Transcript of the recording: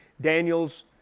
Daniel's